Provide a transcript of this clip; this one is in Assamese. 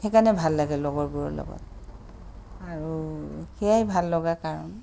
সেইকাৰণে ভাল লাগে লগৰবোৰৰ লগত আৰু সেয়াই ভাল লগা কাৰণ